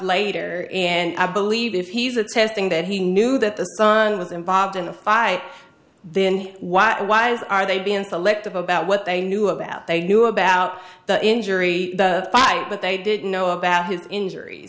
later and i believe if he's a testing that he knew that the son was involved in a fight then why why are they being selective about what they knew about they knew about the injury fight but they didn't know about his injuries